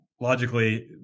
logically